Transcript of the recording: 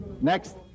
Next